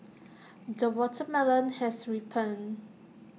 the watermelon has ripened